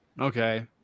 Okay